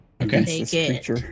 Okay